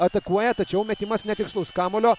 atakuoja tačiau metimas netikslus kamuolio